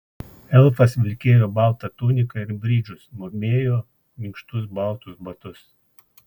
elfas vilkėjo baltą tuniką ir bridžus mūvėjo minkštus baltus batus